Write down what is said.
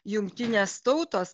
jungtinės tautos